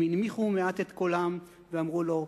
הם הנמיכו מעט את קולם ואמרו לו: